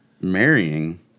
marrying